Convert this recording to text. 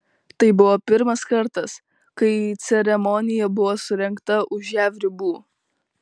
tai buvo pirmas kartas kai ceremonija buvo surengta už jav ribų